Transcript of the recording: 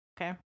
okay